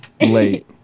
late